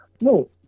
No